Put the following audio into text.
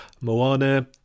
Moana